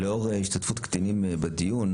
לאור השתתפות קטינים בדיון,